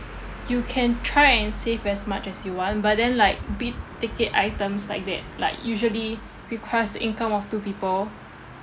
you can try and save as much as you want but then like big ticket items like that like usually requires the income of two people